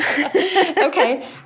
Okay